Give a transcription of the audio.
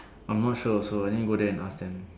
I'm not sure also I need go there and ask them